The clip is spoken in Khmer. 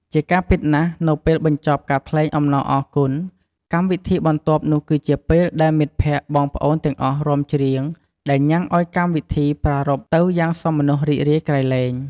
ជាការពិតណាស់ នៅពេលបញ្ចប់ការថ្លែងអំណរអរគុណ កម្មវិធីបន្ទាប់នោះគឺជាពេលដែល មិត្តភ្កតិ បងប្អូនទាំងអស់រាំ ច្រៀងដែលញ៊ាំងឲ្យកម្មវិធីប្រារព្ធទៅយ៉ាងសោមនស្សរីករាយក្រៃលែង។